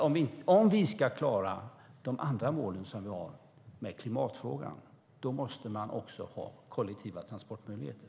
Om vi ska klara klimatmålen måste det finnas kollektiva transportmöjligheter.